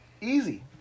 easy